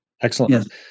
Excellent